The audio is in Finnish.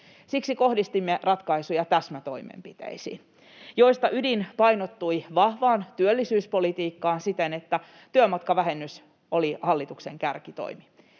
Siksi kohdistimme ratkaisuja täsmätoimenpiteisiin, joista ydin painottui vahvaan työllisyyspolitiikkaan siten, että työmatkavähennys oli hallituksen kärkitoimi.